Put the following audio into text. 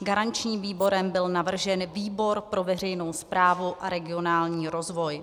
Garančním výborem byl navržen výbor pro veřejnou správu a regionální rozvoj.